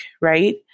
right